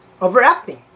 overacting